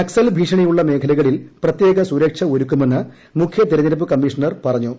നക്സൽ ഭീഷണിയുള്ള മേഖലകളിൽ പ്രത്യേക സ്ത്രക്ഷ ഒരുക്കുമെന്ന് മുഖ്യതെരഞ്ഞെടുപ്പ് കമ്മീഷണർ പറഞ്ഞു